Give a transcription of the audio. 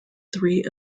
three